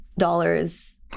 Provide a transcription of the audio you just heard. dollars